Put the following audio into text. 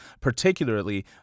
particularly